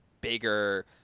bigger